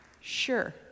Sure